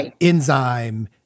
enzyme